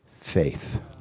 faith